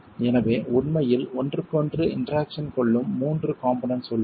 எனவே உண்மையில் ஒன்றுக்கொன்று இன்டெராக்சன் கொள்ளும் 3 காம்போனென்ட்ஸ் உள்ளன